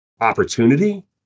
opportunity